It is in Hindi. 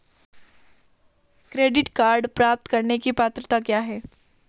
क्रेडिट कार्ड प्राप्त करने की पात्रता क्या है?